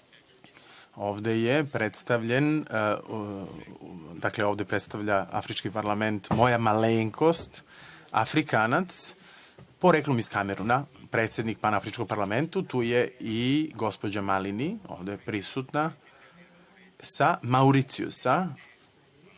ovde je predstavljen, dakle, ovde predstavlja afrički parlament moja malenkost, Afrikanac, poreklom iz Kamerona, predsednik Panafričkog parlamenta, a tu je i gospođa Malini, ovde prisutna sa Mauricijusa, poslanica u